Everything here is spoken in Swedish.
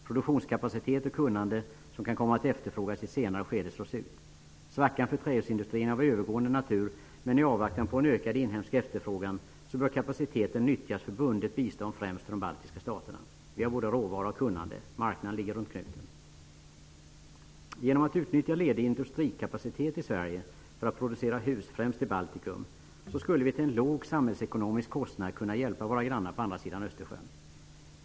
Produktionskapacitet och kunnande som kan komma att efterfrågas i senare skede slås ut. Svackan för trähusindustrin är av övergående natur, men i avvaktan på en ökad inhemsk efterfrågan bör kapaciteten nyttjas för bundet bistånd -- främst till de baltiska staterna. Vi har både råvara och kunnande. Marknaden ligger runt knuten. Genom att utnyttja ledig industrikapacitet i Sverige för att producera hus, främst i Baltikum, skulle vi till en låg samhällsekonomisk kostnad kunna hjälpa våra grannar på andra sidan Östersjön.